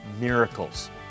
miracles